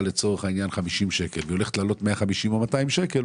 לצורך העניין 50 שקלים והיא הולכת לעלות 150 או 200 שקלים